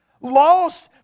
lost